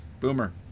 Boomer